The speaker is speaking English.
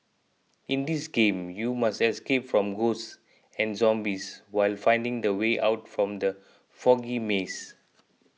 in this game you must escape from ghosts and zombies while finding the way out from the foggy maze